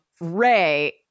Ray